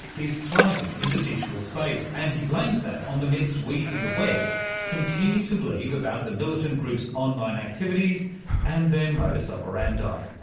is thriving in the digital space. and he blames that on the myths we in the west continue to believe about the militant group's online activities and their modus operandi.